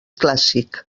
clàssic